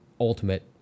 ultimate